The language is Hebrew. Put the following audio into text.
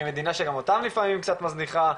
עם מדינה שגם אותם לפעמים היא קצת מזניחה.